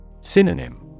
Synonym